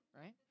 right